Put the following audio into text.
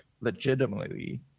legitimately